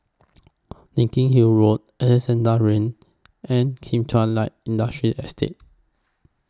Larkhill Road Alexandra Lane and Kim Chuan Light Industrial Estate